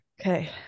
Okay